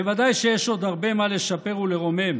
בוודאי שיש עוד הרבה מה לשפר ולרומם,